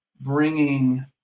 bringing